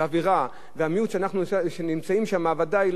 והמיעוט שאנחנו נמצאים בו ודאי לא יבוא לידי ביטוי,